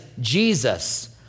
Jesus